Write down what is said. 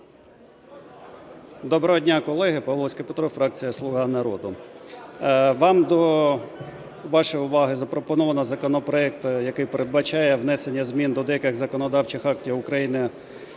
Доброго дня, колеги! Павловський Петро, фракція "Слуга народу". До вашої уваги запропоновано законопроект, який передбачає внесення змін до деяких законодавчих актів України